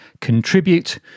contribute